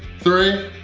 three.